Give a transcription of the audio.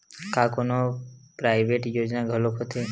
का कोनो प्राइवेट योजना घलोक होथे?